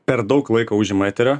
per daug laiko užima eterio